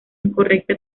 incorrecta